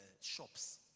shops